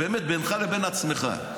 באמת בינך לבין עצמך.